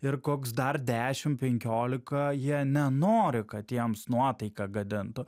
ir koks dar dešim penkiolika jie nenori kad jiems nuotaiką gadintų